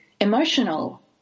emotional